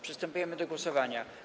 Przystępujemy do głosowania.